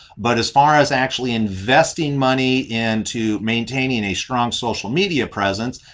but as far as actually investing money into maintaining a strong social media presence,